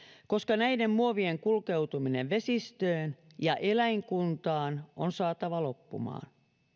koska näiden muovien kulkeutuminen vesistöön ja eläinkuntaan on saatava loppumaan